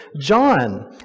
John